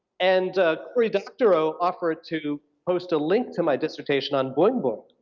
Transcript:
and cory doctorow offered to post a link to my dissertation on boing boing,